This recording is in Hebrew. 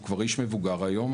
הוא כבר איש מבוגר היום,